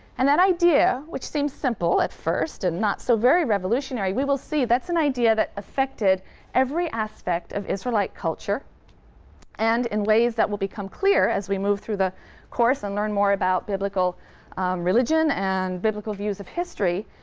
and that idea, which seems simple at first and not so very revolutionary we will see, that's an idea that affected every aspect of israelite culture and in ways that will become clear as we move through the course and learn more about biblical religion and biblical views of history,